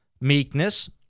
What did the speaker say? meekness